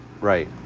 Right